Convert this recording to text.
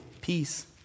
peace